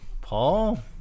Paul